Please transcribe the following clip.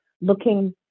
looking